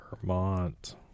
Vermont